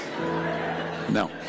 no